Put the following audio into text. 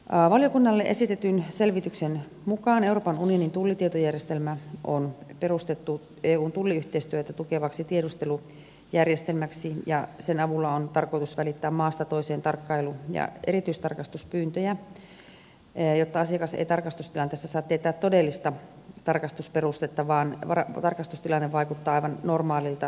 valiokunnalle esitetyn selvityksen mukaan euroopan unionin tullitietojärjestelmä on perustettu eun tulliyhteistyötä tukevaksi tiedustelujärjestelmäksi ja sen avulla on tarkoitus välittää maasta toiseen tarkkailu ja erityistarkastuspyyntöjä jotta asiakas ei tarkastustilanteessa saa tietää todellista tarkastusperustetta vaan tarkastustilanne vaikuttaa aivan normaalilta tullitarkastukselta